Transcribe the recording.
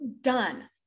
done